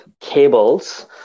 cables